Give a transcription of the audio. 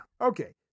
Okay